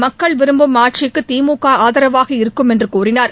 மக்கள் விரும்பும் ஆட்சிக்குதிமுகஆதரவாக இருக்கும் என்றுகூறினார்